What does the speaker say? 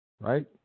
Right